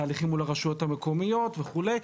תהליכים מול הרשויות המקומיות וכולי.